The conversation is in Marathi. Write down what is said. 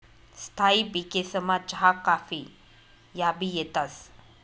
स्थायी पिकेसमा चहा काफी याबी येतंस